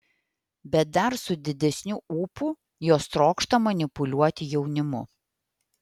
bet dar su didesniu ūpu jos trokšta manipuliuoti jaunimu